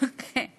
אל תדאגי.